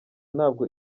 ntabwo